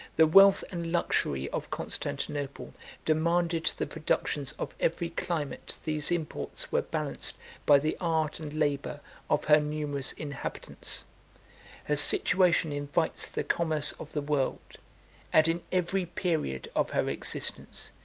the wealth and luxury of constantinople demanded the productions of every climate these imports were balanced by the art and labor of her numerous inhabitants her situation invites the commerce of the world and, in every period of her existence,